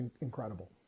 incredible